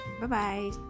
Bye-bye